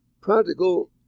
Practical